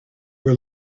were